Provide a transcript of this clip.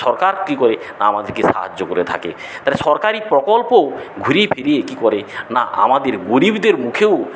সরকার কি করে না আমাদের সাহায্য করে থাকে সরকারি প্রকল্প ঘুরিয়ে ফিরিয়ে কি করে না আমাদের গরিবদের মুখেও